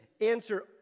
answer